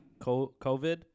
covid